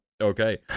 Okay